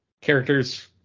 characters